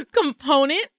component